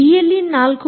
BLE 4